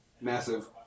Massive